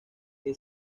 que